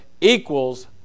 equals